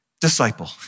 Disciple